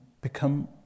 become